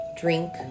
drink